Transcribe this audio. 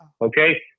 Okay